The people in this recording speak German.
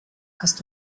hast